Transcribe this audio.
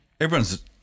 everyone's